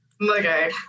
murdered